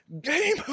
Game